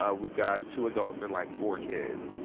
ah we've got two adults and, like, four kids.